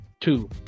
two